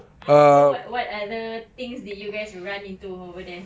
so what what other things did you guys run into over there